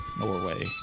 Norway